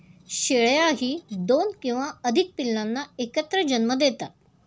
शेळ्याही दोन किंवा अधिक पिल्लांना एकत्र जन्म देतात